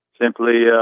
simply